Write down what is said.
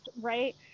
right